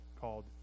called